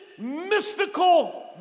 mystical